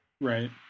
right